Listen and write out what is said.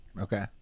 Okay